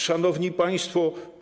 Szanowni Państwo!